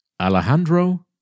Alejandro